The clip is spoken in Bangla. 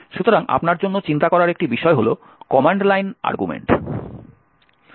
সুতরাং আপনার জন্য চিন্তা করার একটি বিষয় হলো কমান্ড লাইন আর্গুমেন্ট